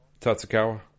Tatsukawa